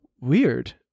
weird